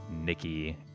Nikki